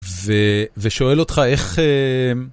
ו... ושואל אותך איך אהה...